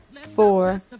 four